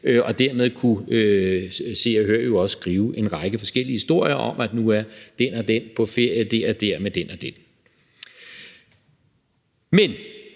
og dermed kunne Se og Hør jo også skrive en række forskellige historier om, at nu er den og den på ferie der og der med den og den. Men